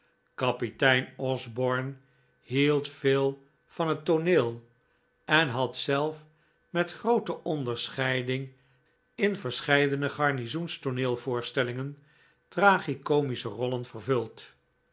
kapitein osborne hield veel van het tooneel en had zelf met groote onderscheiding in verscheidene garnizoenstooneelvoorstellingen tragi komische rollen vervuld